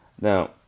Now